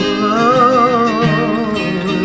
love